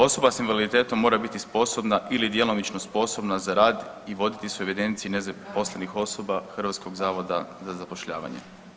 Osoba sa invaliditetom mora biti sposobna ili djelomično sposobna za rad i voditi se u evidenciji nezaposlenih osoba Hrvatskog zavoda za zapošljavanje.